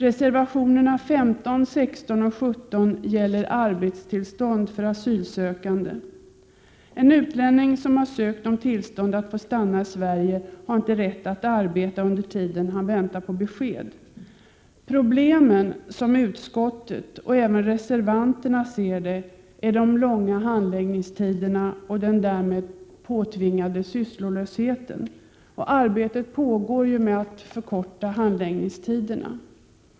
Reservationerna 15, 16 och 17 gäller arbetstillstånd för asylsökande. En utlänning som har ansökt om tillstånd att få stanna i Sverige har inte rätt att arbeta under tiden han väntar på besked. Problemen, som utskottet och även reservanterna ser det, är de långa handläggningstiderna och den därmed påtvingade sysslolösheten. Arbete pågår med att förkorta handläggningstiderna.